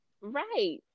right